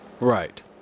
right